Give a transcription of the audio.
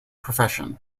profession